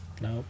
Nope